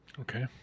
Okay